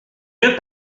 deux